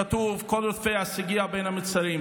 כתוב "כל רודפיה השיגוה בין המצרים".